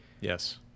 Yes